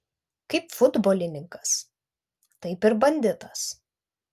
kaip futbolininkas taip ir banditas